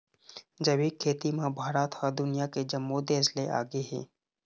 जैविक खेती म भारत ह दुनिया के जम्मो देस ले आगे हे